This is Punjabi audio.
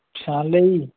ਪਛਾਣ ਲਿਆ ਜੀ